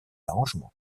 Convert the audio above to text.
arrangements